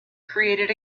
created